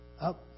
up